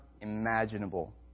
imaginable